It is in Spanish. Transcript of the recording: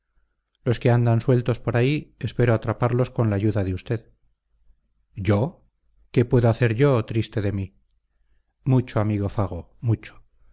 los que andan sueltos por ahí espero atraparlos con la ayuda de usted yo qué puedo hacer yo triste de mí mucho amigo fago mucho